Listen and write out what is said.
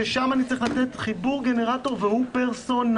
ששם אני צריך לתת חיבור גנרטור, והוא פרסונלי.